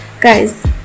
guys